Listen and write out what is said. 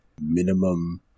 minimum